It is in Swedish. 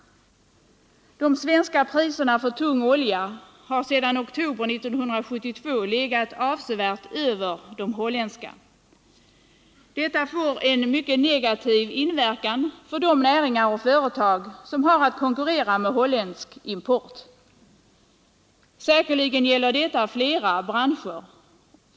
De svenska priserna på tung olja har sedan oktober 1972 legat avsevärt över de holländska. Det får en mycket negativ inverkan på de näringar och företag som har att konkurrera med import från Holland. Säkerligen gäller detta flera branscher.